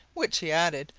which, he added,